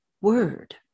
word